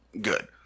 good